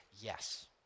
yes